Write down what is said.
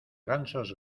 gansos